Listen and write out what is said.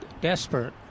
desperate